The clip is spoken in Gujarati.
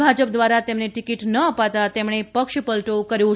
ભાજપ દ્વારા તેમને ટિકીટ ન અપાતાં તેમણે પક્ષ પલટો કર્યો છે